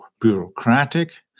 bureaucratic